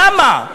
למה?